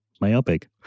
myopic